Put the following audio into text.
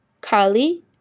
Kali